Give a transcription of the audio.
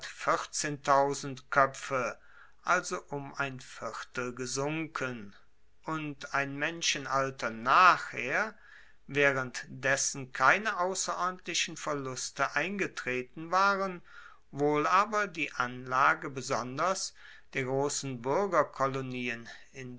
koepfe also um ein viertel gesunken und ein menschenalter nachher waehrend dessen keine ausserordentlichen verluste eingetreten waren wohl aber die anlage besonders der grossen buergerkolonien in